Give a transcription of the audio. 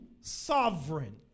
sovereign